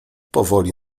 powoli